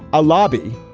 a lobby.